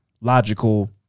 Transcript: logical